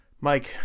Mike